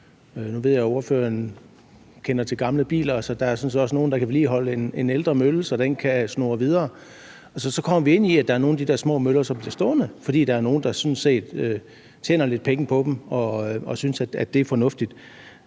Nu ved jeg, at ordføreren kender til gamle biler. Der er sådan set også nogle, der kan vedligeholde en ældre mølle, så den kan snurre videre. Så kommer vi ind i, at der er nogle af de der små møller, som bliver stående, fordi der er nogle, der sådan set tjener lidt penge på dem og synes, at det er fornuftigt.